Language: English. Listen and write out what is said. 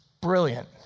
Brilliant